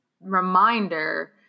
reminder